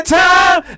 time